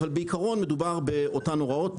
אבל בעיקרון מדובר באותן הוראות.